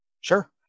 Sure